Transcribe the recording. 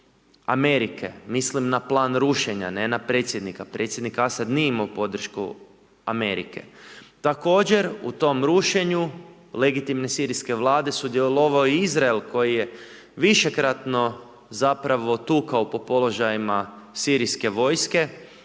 Amerike, mislim na plan rušenja, ne na predsjednika, predsjednik Asad nije imao podršku Amerike. Također u tom rušenju legitimne sirijske vlade sudjelovao je Izrael koji je višekratno zapravo tukao po položajima sirijske vojske.